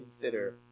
consider